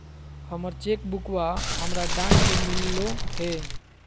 हमर चेक बुकवा हमरा डाक से मिललो हे